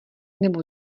nebo